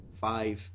five